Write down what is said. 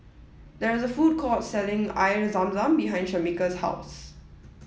there is a food court selling Air Zam Zam behind Shamika's house